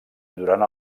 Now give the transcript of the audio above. durant